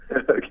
Okay